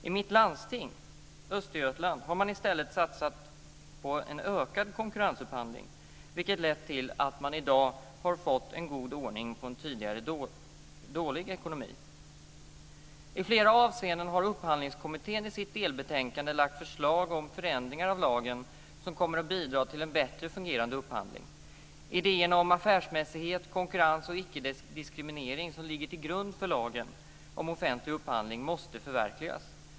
I mitt landsting, Östergötlands, har man i stället satsat på en ökad konkurrensupphandling, vilket lett till att man i dag har fått god ordning på en tidigare dålig ekonomi. I flera avseenden har upphandlingskommittén i sitt delbetänkande lagt fram förslag om förändringar av lagen som kommer att bidra till en bättre fungerande upphandling. Idéerna om affärsmässighet, konkurrens och icke-diskriminering, som ligger till grund för lagen om offentlig upphandling, måste förverkligas.